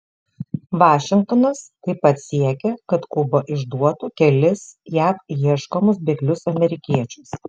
vašingtonas taip pat siekia kad kuba išduotų kelis jav ieškomus bėglius amerikiečius